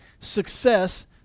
Success